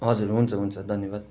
हजुर हुन्छ हुन्छ धन्यवाद